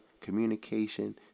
communication